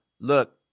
Look